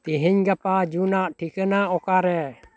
ᱛᱮᱦᱮᱧ ᱜᱟᱯᱟ ᱡᱩᱱᱟᱜ ᱴᱷᱤᱠᱟᱹᱱᱟ ᱚᱠᱟᱨᱮ